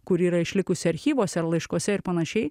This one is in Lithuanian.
kuri yra išlikusi archyvuose ar laiškuose ir panašiai